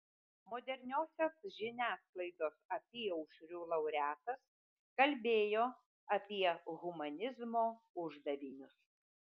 moderniosios žiniasklaidos apyaušriu laureatas kalbėjo apie humanizmo uždavinius